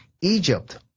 Egypt